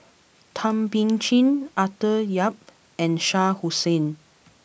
Thum Ping Tjin Arthur Yap and Shah Hussain